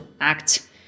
act